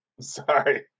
sorry